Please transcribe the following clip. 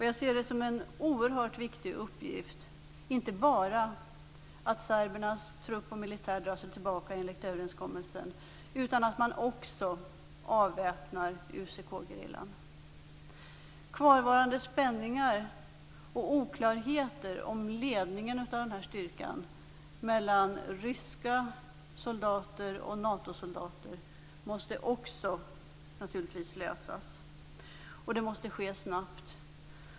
Jag ser det som en oerhört viktig uppgift att inte bara serbernas trupp och militär drar sig tillbaka enligt överenskommelsen utan att man också avväpnar Natosoldater måste också lösas, och det måste ske snabbt.